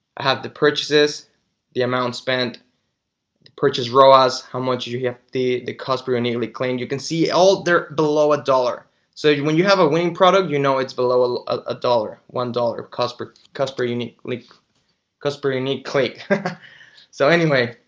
have the purchases the amount spent purchase rose how much you you have the the kospi are nearly cleaned. you can see all their below a dollar so when you have a winged product, you know, it's below a dollar one dollar cost per customer uniquely customer uniquely click so anyway